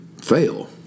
fail